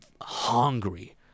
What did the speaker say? hungry